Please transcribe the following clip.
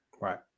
right